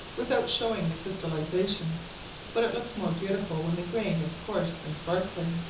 without showing the crystallization but it looks more beautiful when the grain is coarse and sparkling,